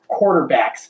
quarterbacks